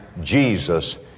Jesus